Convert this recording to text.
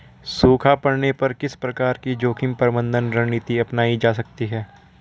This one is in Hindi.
सूखा पड़ने पर किस प्रकार की जोखिम प्रबंधन रणनीति अपनाई जा सकती है?